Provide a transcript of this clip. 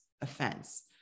offense